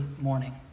Morning